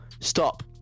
Stop